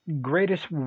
greatest